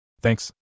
Thanks